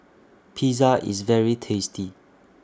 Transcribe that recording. Pizza IS very tasty